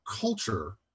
culture